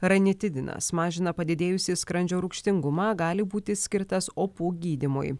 ranitidinas mažina padidėjusį skrandžio rūgštingumą gali būti skirtas opų gydymui